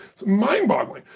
mind boggling.